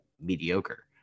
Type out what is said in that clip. mediocre